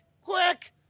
quick